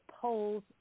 polls